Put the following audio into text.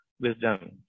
wisdom